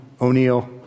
O'Neill